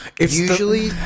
Usually